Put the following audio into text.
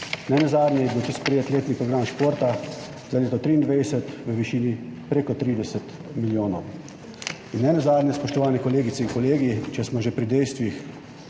Nenazadnje je bil sprejet letni program športa za leto 2023 v višini prek 30 milijonov evrov. In nenazadnje, spoštovane kolegice in kolegi, če smo že pri dejstvih,